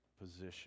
position